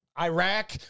Iraq